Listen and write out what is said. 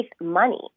money